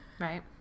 right